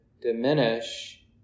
diminish